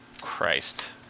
Christ